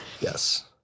Yes